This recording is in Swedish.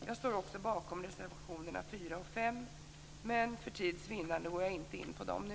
Jag står också bakom reservationerna 4 och 5, men för tids vinnande går jag inte in på dem nu.